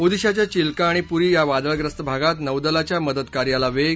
ओदिशाच्या चिल्का आणि प्री या वादळग्रस्त भागात नौदलाच्या मदतकार्याला वेग